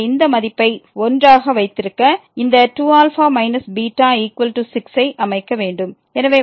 எனவே இந்த மதிப்பை 1 ஆக வைத்திருக்க அந்த 2α β6 ஐ அமைக்க வேண்டும்